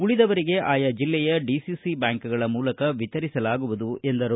ಉಳಿದವರಿಗೆ ಆಯಾ ಜಿಲ್ಲೆಯ ಡಿಸಿಸಿ ಬ್ವಾಂಕ್ಗಳ ಮೂಲಕ ವಿತರಿಸಲಾಗುವುದು ಎಂದರು